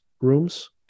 rooms